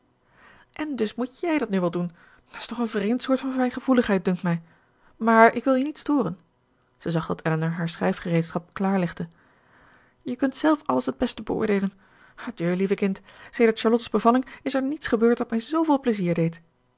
en dus moet jij dat nu wel doen dat is toch een vreemd soort van fijngevoeligheid dunkt mij maar ik wil je niet storen zij zag dat elinor haar schrijfgereedschap klaarlegde je kunt zelf alles t beste beoordeelen adieu lieve kind sedert charlotte's bevalling is er niets gebeurd dat mij zooveel pleizier deed